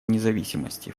независимости